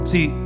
See